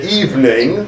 evening